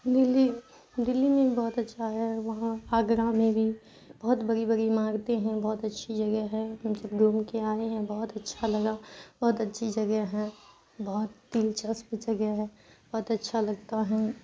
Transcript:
ملی دلی میں بھی بہت اچھا ہے وہاں آگرہ میں بھی بہت بڑی بڑی عمارتیں ہیں بہت اچھی جگہ ہے ہم جب گھوم کے آئے ہیں بہت اچھا لگا بہت اچھی جگہ ہیں بہت دلچسپ جگہ ہے بہت اچھا لگتا ہیں